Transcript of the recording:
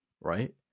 right